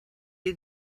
you